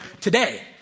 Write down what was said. today